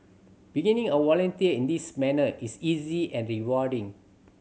beginning a volunteer in this manner is easy and rewarding